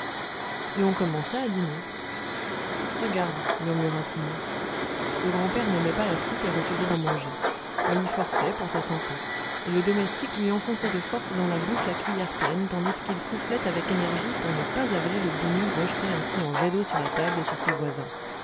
et on commença à dîner regarde murmura simon le grand-père n'aimait pas la soupe et refusait d'en manger on l'y forçait pour sa santé et le domestique lui enfonçait de force dans la bouche la cuiller pleine tandis qu'il soufflait avec énergie pour ne pas avaler le bouillon rejeté ainsi en jet d'eau sur la table et sur ses voisins